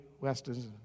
Westerns